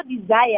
desire